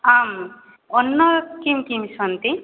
आम् अन्यत् किं किं सन्ति